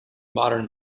modern